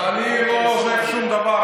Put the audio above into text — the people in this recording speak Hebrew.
אני לא עוזב שום דבר,